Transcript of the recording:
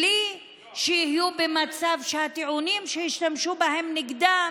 בלי שיהיו במצב שאת הטיעונים שהשתמשו בהם נגדם